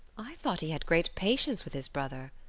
i thought he had great patience with his brother,